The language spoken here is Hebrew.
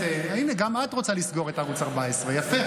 גם את רוצה לסגור את ערוץ 14. יפה,